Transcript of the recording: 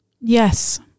Yes